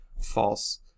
false